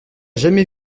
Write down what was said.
jamais